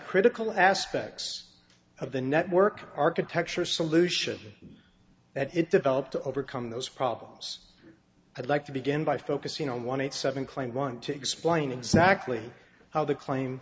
kl aspects of the network architecture solution that it developed to overcome those problems i'd like to begin by focusing on one eight seven claimed want to explain exactly how the claim